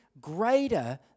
greater